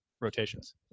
rotations